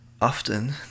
Often